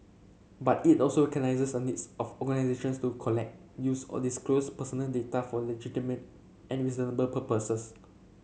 but it also on this of organisations to collect use or disclose personal data for legitimate and reasonable purposes